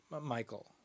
Michael